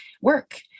work